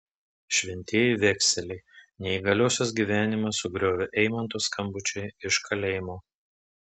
šventieji vekseliai neįgaliosios gyvenimą sugriovė eimanto skambučiai iš kalėjimo